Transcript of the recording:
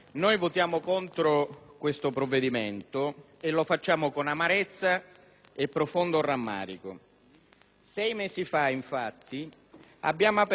Ci saremmo aspettati in questo periodo un confronto serio, approfondito e soprattutto efficace su cosa fare per la sicurezza dei cittadini.